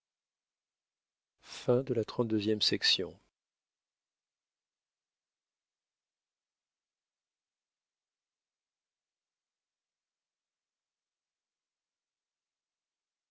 de la lune si